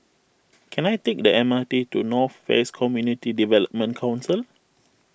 can I take the M R T to North West Community Development Council